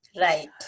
Right